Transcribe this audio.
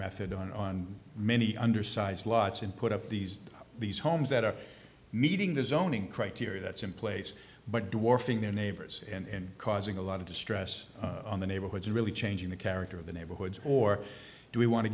methadone on many undersized lots and put up these these homes that are meeting the zoning criteria that's in place but dwarfing their neighbors and causing a lot of distress in the neighborhoods and really changing the character of the neighborhoods or do we want to